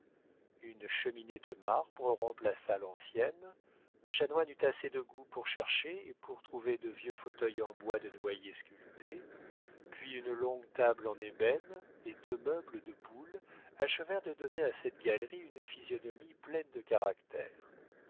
une cheminée de marbre remplaça l'ancienne le chanoine eut assez de goût pour chercher et pour trouver de vieux fauteuils en bois de noyer sculpté puis une longue table en ébène et deux meubles de boulle achevèrent de donner à cette galerie une physionomie pleine de caractère